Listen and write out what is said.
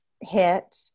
hit